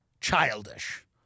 childish